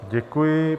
Děkuji.